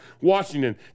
Washington